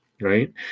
right